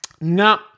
No